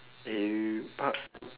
eh